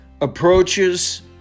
approaches